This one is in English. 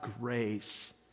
grace